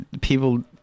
people